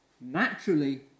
naturally